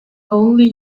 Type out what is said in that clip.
only